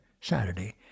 Saturday